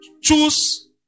choose